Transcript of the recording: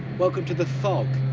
welcome to the fog!